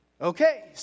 Okay